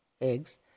eggs